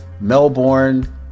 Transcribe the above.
Melbourne